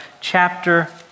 chapter